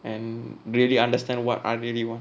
and really understand what I really want